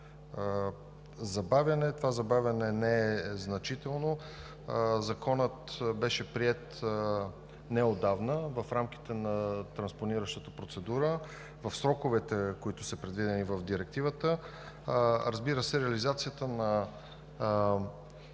забавяне – това забавяне не е значително. Законът беше приет неотдавна в рамките на транспониращата процедура в сроковете, които са предвидени в Директивата. Разбира се, реализацията на